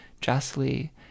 justly